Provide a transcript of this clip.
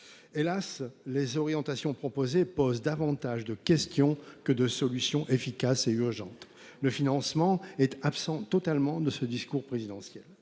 Hélas les orientations proposées, pose davantage de questions que de solutions efficaces et urgentes, le financement est absent totalement de ce discours présidentiel,